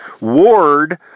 Ward